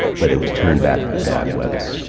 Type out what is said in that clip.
but it was turned back by bad weather.